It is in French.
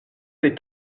des